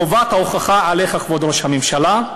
חובת ההוכחה עליך, כבוד ראש הממשלה,